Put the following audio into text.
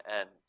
end